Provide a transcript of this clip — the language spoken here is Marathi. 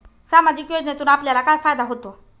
सामाजिक योजनेतून आपल्याला काय फायदा होतो?